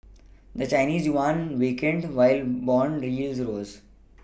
the Chinese yuan weakened while bond the yields rose